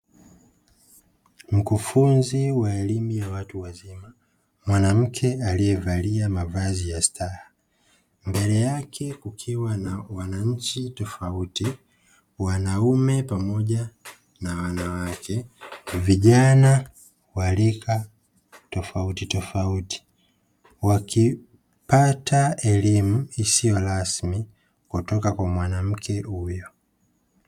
Mkufunzi wa elimu ya watu wazima, mwanamke aliyevalia mavazi ya staha. Mbele yake kukiwa na wananchi tofauti: wanaume pamoja na wanawake, vijana wa rika tofautitofauti; wakipata elimu isiyo rasmi kutoka kwa mwanamke huyo.